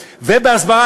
ובהסברה,